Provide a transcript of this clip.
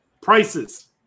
Prices